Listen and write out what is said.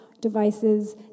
devices